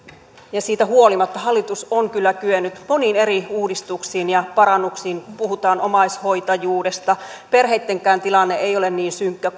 ja siitä huolimatta hallitus on kyllä kyennyt moniin eri uudistuksiin ja parannuksiin kun puhutaan omaishoitajuudesta ja perheittenkään tilanne ei ole niin synkkä